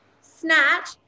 Snatch